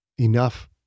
Enough